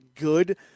good